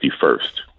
first